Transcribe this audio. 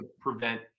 prevent